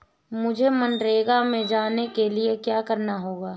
मुझे मनरेगा में जाने के लिए क्या करना होगा?